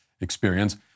experience